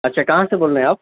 اچھا کہاں سے بول رہے ہیں آپ